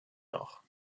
noch